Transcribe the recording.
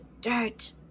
dirt